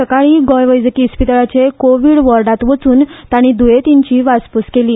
सकाळीं गोंय वैजकी इस्पितळाचे कोव्हीड वॉर्डांत वचून ताणीं द्येंतींची वासपूस केली